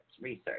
Research